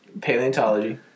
paleontology